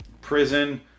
prison